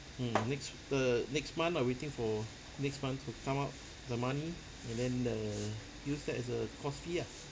hmm next err next month ah waiting for next month to come up the money and then err use that as a course fee ah